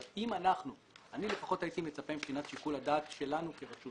אבל אני לפחות הייתי מצפה מבחינת שיקול הדעת שלנו כרשות